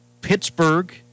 Pittsburgh